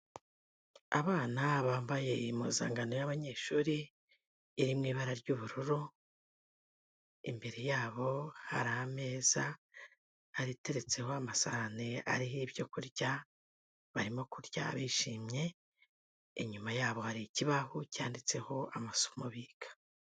Abana bambaye impuzankano y'abanyeshuri, iri mu ibara ry'ubururu, imbere yabo hari ameza ariteretseho amasahane ariho ibyo kurya, barimo kurya bishimye, inyuma yabo hari ikibaho cyanditseho amasomo biga.